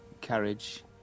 carriage